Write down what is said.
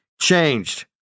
changed